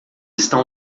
estão